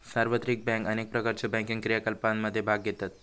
सार्वत्रिक बँक अनेक प्रकारच्यो बँकिंग क्रियाकलापांमध्ये भाग घेतत